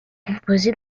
composé